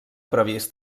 previst